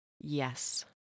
Yes